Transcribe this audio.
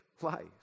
life